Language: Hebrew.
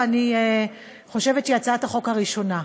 ואני חושבת שהיא הצעת החוק הראשונה.